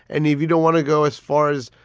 and if you don't want to go as far as,